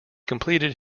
completed